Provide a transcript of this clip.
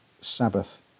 Sabbath